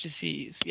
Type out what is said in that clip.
disease